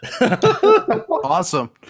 Awesome